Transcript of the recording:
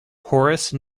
horace